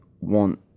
want